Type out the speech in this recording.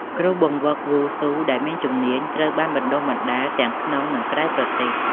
គ្រូបង្វឹកវ៉ូស៊ូដែលមានជំនាញត្រូវបានបណ្ដុះបណ្ដាលទាំងក្នុង និងក្រៅប្រទេស។